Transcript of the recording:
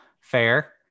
fair